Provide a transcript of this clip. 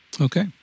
Okay